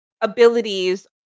abilities